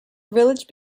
village